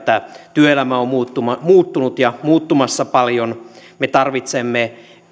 työelämä on muuttunut ja muuttumassa paljon me tarvitsemme